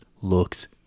looks